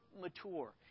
mature